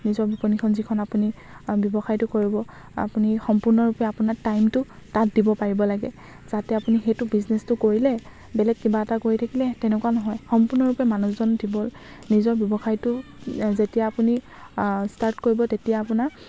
নিজৰ বিপনীখন যিখন আপুনি ব্যৱসায়টো কৰিব আপুনি সম্পূৰ্ণৰূপে আপোনাৰ টাইমটো তাত দিব পাৰিব লাগে যাতে আপুনি সেইটো বিজনেচটো কৰিলে বেলেগ কিবা এটা কৰি থাকিলে তেনেকুৱা নহয় সম্পূৰ্ণৰূপে মানুহজন দিব নিজৰ ব্যৱসায়টো যেতিয়া আপুনি ষ্টাৰ্ট কৰিব তেতিয়া আপোনাৰ